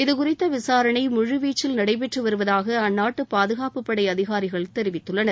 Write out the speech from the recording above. இதுகுறித்து விசாரணை முழுவீச்சில் நடைபெற்று வருவதாக அந்நாட்டு பாதுகாப்புப் படை அதிகாரிகள் தெரிவித்துள்ளனர்